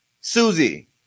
Susie